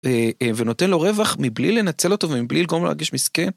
ונותן לו רווח מבלי לנצל אותו ומבלי לגרום לו להרגיש מסכן.